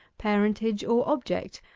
parentage, or object,